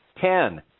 ten